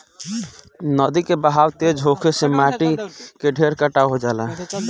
नदी के बहाव तेज होखे से माटी के ढेर कटाव हो जाला